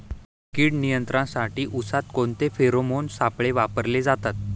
कीड नियंत्रणासाठी उसात कोणते फेरोमोन सापळे वापरले जातात?